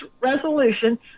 resolution